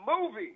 movie